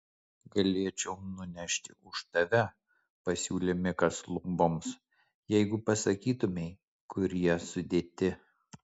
galėčiau nunešti už tave pasiūlė mikas luboms jeigu pasakytumei kur jie sudėti